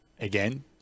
again